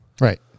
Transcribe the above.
Right